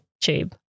tube